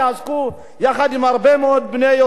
יחד עם הרבה מאוד בני יוצאי אתיופיה,